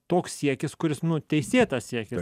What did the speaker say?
toks siekis kuris nu teisėtas siekis